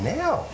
now